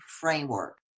framework